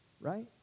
Right